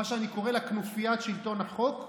שאני קורא לה כנופיית שלטון החוק.